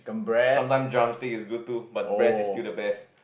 sometime drumstick is good too but breast is still the best